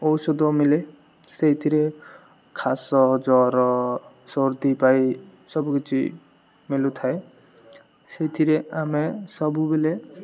ଔଷଧ ମିଳେ ସେଇଥିରେ ଖାସ୍ ଜ୍ଵର ସର୍ଦ୍ଧି ପାଇ ସବୁକିଛି ମିଳୁଥାଏ ସେଇଥିରେ ଆମେ ସବୁବେଳେ